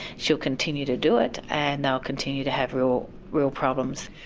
she'll continue to do it, and they'll continue to have real real problems.